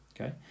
okay